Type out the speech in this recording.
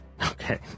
Okay